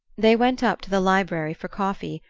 they went up to the library for coffee,